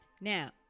Now